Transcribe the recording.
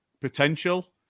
potential